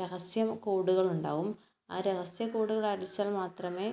രഹസ്യ കോഡുകൾ ഉണ്ടാവും ആ രഹസ്യ കോഡുകൾ അടിച്ചാൽ മാത്രമേ